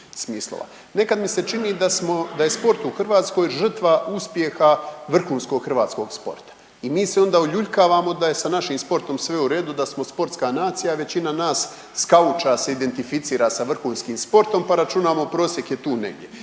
Nekad mi se čini da smo, da je sport u Hrvatskoj žrtva uspjeha vrhunskog hrvatskog sporta i mi se ona uljuljkavamo da je sa našim sportom sve u redu, da smo sportska nacija, većina nas skauča se identificira s vrhunskih sportom pa računamo prosjek je tu negdje.